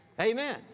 Amen